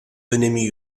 önemi